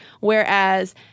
whereas